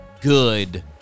good